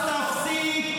אז תפסיק.